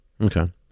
Okay